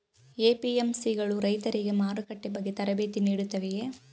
APMC ಗಳು ರೈತರಿಗೆ ಮಾರುಕಟ್ಟೆ ಬಗ್ಗೆ ತರಬೇತಿ ನೀಡುತ್ತವೆಯೇ?